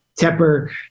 Tepper